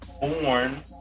born